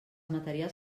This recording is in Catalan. materials